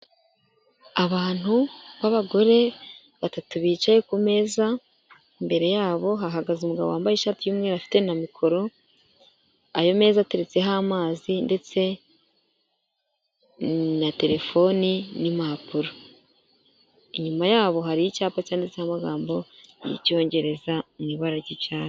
Abantu b'abagore batatu bicaye ku meza, imbere yabo hahagaze umugabo wambaye ishati y'umweru afite na mikoro, ayo meza ateretseho amazi ndetse na terefone n'impapuro. Inyuma yabo hari icyapa cyantse amagambo y'icyongereza mu ibara ry'icyatsi.